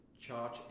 charge